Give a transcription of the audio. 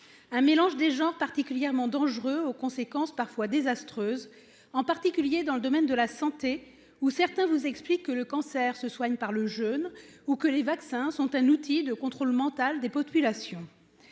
Un mélange des genres particulièrement dangereux aux conséquences parfois désastreuses, en particulier dans le domaine de la santé ou certains vous explique que le cancer se soigne par le jeune ou que les vaccins sont un outil de contrôle mental des populations.